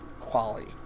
quality